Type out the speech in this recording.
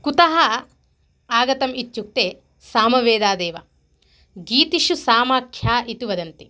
कुतः आगतम् इत्युक्ते सामवेदादेव गीतिषु सामाख्या इति वदन्ति